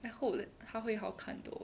I hope 他会好看 though